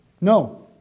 No